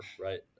right